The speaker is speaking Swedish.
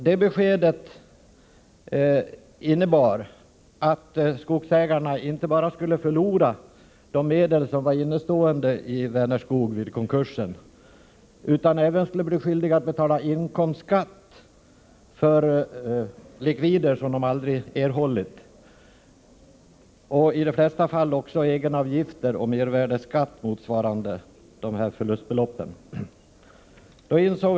Detta besked innebar att skogsägarna inte bara skulle förlora de medel som var innestående i Vänerskog vid konkursen utan även skulle bli skyldiga att betala inkomstskatt för likvider som de aldrig erhållit — och i de flesta fall också egenavgifter och mervärdeskatt motsvarande förlustbeloppen.